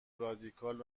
رادیکال